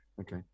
Okay